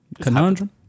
Conundrum